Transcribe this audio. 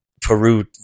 Peru